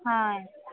ఆయ్